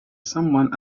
someone